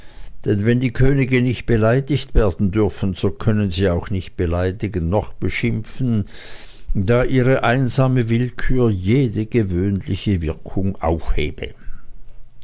denn wenn die könige nicht beleidigt werden dürfen so können sie auch nicht beleidigen noch beschimpfen da ihre einsame willkür jede gewöhnliche wirkung aufhebe